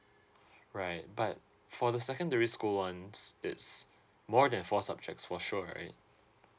right but for the secondary school ones it's more than four subject for sure right